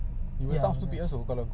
ya juga